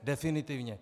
Definitivně.